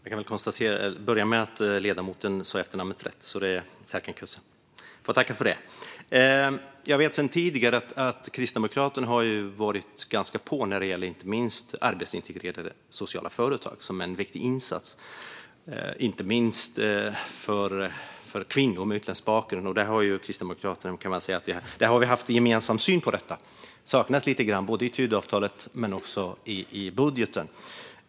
Herr talman! Jag kan börja med att konstatera att ledamoten uttalade efternamnet rätt. Jag får tacka för det. Jag vet sedan tidigare att Kristdemokraterna har varit ganska på när det gällt inte minst arbetsintegrerade sociala företag, som är en viktig insats inte minst för kvinnor med utländsk bakgrund. Där har vi också haft en gemensam syn. Detta saknas lite grann, både i Tidöavtalet och i budgeten.